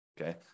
Okay